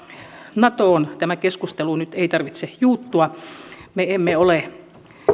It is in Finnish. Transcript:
natoon tämän keskustelun nyt ei tarvitse juuttua me emme ole